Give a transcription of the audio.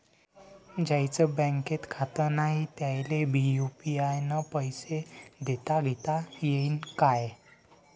ज्याईचं बँकेत खातं नाय त्याईले बी यू.पी.आय न पैसे देताघेता येईन काय?